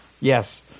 Yes